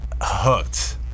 hooked